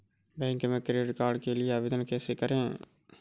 Bank में credit card के लिए आवेदन कैसे करें?